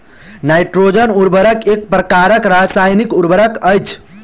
nitrogen उर्वरक एक प्रकारक रासायनिक उर्वरक अछि